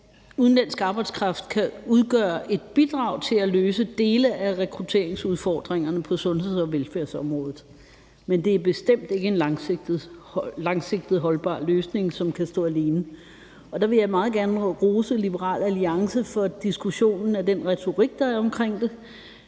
udenlandsk arbejdskraft kan udgøre et bidrag til at løse dele af rekrutteringsudfordringerne på sundheds- og velfærdsområdet, men det er bestemt ikke en langsigtet, holdbar løsning, som kan stå alene. Der vil jeg meget gerne rose Liberal Alliance for diskussionen af den retorik, der er omkring det